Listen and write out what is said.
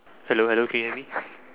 hello hello can you hear me